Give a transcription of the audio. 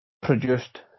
produced